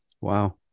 wow